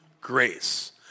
grace